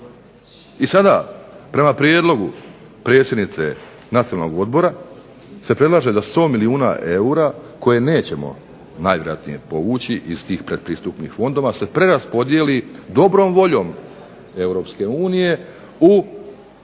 I sada prema prijedlogu predsjednice Nacionalnog odbora se predlaže da 100 milijuna eura koje nećemo najvjerojatnije povući iz tih pretpristupnih fondova se preraspodijeli dobrom voljom Europske